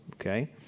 okay